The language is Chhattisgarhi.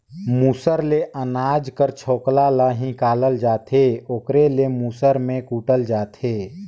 मूसर ले अनाज कर छोकला ल हिंकालल जाथे ओकरे ले मूसर में कूटल जाथे